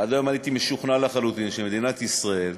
עד היום הייתי משוכנע לחלוטין שמדינת ישראל